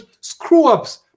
screw-ups